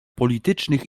politycznych